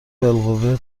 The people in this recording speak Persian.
بالقوه